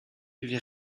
huit